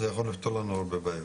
זה יכול לפתור לנו הרבה בעיות.